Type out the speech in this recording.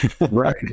Right